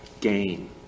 gain